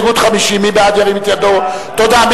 מי בעד, ירים את ידו להסתייגות 50. תודה.